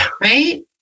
Right